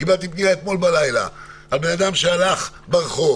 קיבלתי פנייה אתמול בלילה על בן אדם שהלך ברחוב